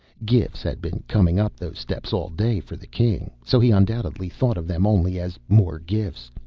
gifts had been coming up those steps all day for the king, so he undoubtedly thought of them only as more gifts.